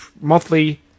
Monthly